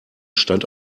stand